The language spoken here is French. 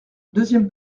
deuxième